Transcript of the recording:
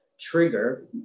trigger